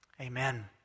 Amen